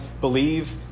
believe